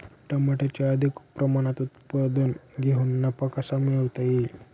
टमाट्याचे अधिक प्रमाणात उत्पादन घेऊन नफा कसा मिळवता येईल?